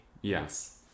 yes